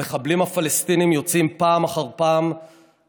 המחבלים הפלסטינים יוצאים פעם אחר פעם